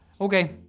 okay